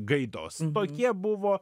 gaidos tokie buvo